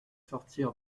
sortir